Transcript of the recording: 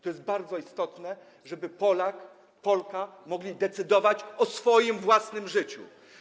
To jest bardzo istotne, żeby Polak i Polka mogli decydować o swoim własnym życiu.